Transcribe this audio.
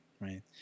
right